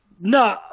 No